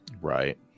right